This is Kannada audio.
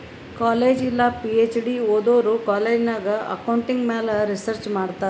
ಕಾಲೇಜ್ ಇಲ್ಲ ಪಿ.ಹೆಚ್.ಡಿ ಓದೋರು ಕಾಲೇಜ್ ನಾಗ್ ಅಕೌಂಟಿಂಗ್ ಮ್ಯಾಲ ರಿಸರ್ಚ್ ಮಾಡ್ತಾರ್